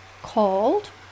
called